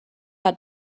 how